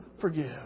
forgive